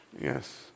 Yes